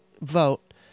vote